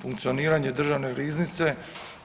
Funkcije državne riznice